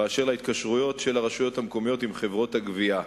אשר להתקשרויות של הרשויות המקומיות עם חברות גבייה.